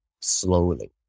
slowly